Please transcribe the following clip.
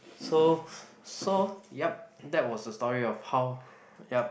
so so yup that was the story of how yup